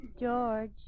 George